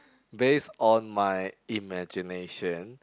based on my imagination